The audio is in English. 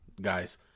guys